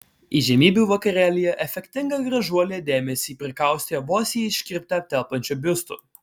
įžymybių vakarėlyje efektinga gražuolė dėmesį prikaustė vos į iškirptę telpančiu biustu